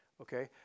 okay